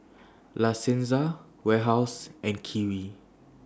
La Senza Warehouse and Kiwi